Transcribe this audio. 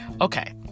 Okay